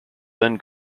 then